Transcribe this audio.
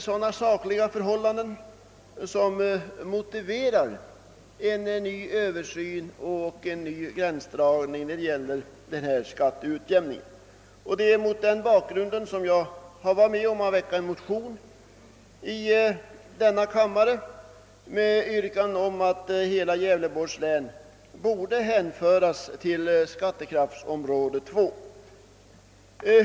Sådana sakliga förhållanden anser jag kan motivera en översyn och ny gränsdragning i fråga om skatteutjämningen. Mot den bakgrunden har jag varit med om att väcka en motion i denna kammare med yrkande om att hela Gävleborgs län skulle hänföras till skattekraftsområde 2.